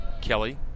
Kelly